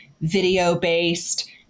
video-based